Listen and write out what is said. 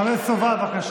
חבר הכנסת סובה, בבקשה.